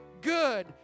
good